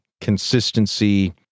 consistency